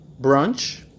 brunch